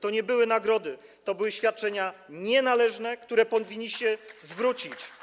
To nie były nagrody, to były świadczenia nienależne, które powinniście zwrócić.